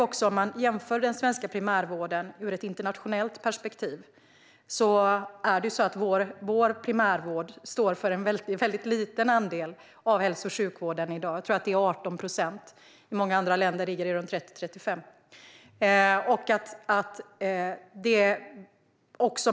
Om man jämför svensk primärvård i ett internationellt perspektiv kan man se att vår primärvård står för en väldigt liten andel av hälso och sjukvården i dag. Jag tror att det handlar om 18 procent. I många andra länder ligger det på 30-35 procent.